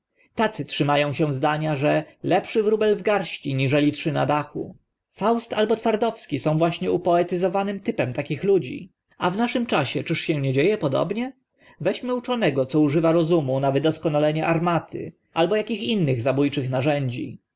tacy trzyma ą się zdania że lepszy wróbel w garści niżeli trzy na dachu faust albo twardowski są właśnie upoetyzowanym typem takich ludzi a w naszym czasie czyż się nie dzie e podobnie weźmy mądrość wo na uczonego co używa rozumu na wydoskonalenie armaty albo akich innych zabó czych narzędzi